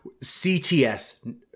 CTS